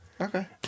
Okay